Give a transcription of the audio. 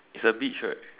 it's a beach right